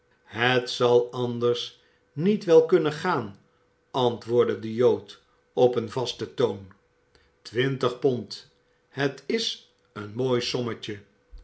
het zal anders niet wel kunnen gaan antwoordde de jood op een vasten toon twintig pond het is een mooi sommetje